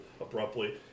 abruptly